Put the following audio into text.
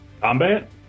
Combat